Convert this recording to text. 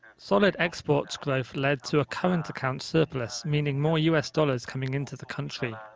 solid exports growth led to a current account surplus, meaning more u s. dollars coming into the country.